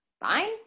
Fine